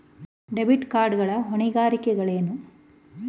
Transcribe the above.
Debit card ಗಳ ಹೊಣೆಗಾರಿಕೆಗಳೇನು?